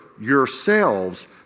yourselves